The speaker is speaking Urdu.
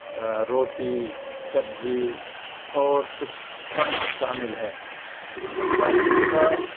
روٹی سبزی اور کچھ پھل شامل ہے متوازن غذا